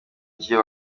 gihe